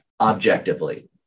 objectively